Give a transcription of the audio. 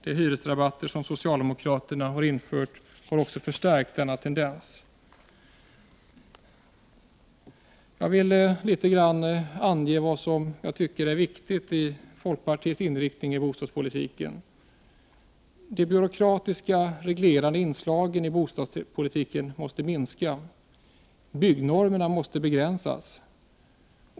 De hyresrabatter som socialdemokraterna infört har också bidragit till att denna tendens förstärkts. Jag vill något beröra vad jag tycker är viktigt i folkpartiets inriktning av bostadspolitiken. = De byråkratiska, reglerande inslagen i bostadspolitiken måste minska. Byggnormerna måste begränsas.